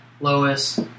Lois